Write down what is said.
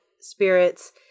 spirits